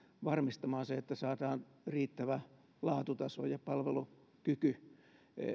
varmistamaan se että saadaan riittävä laatutaso ja palvelukyky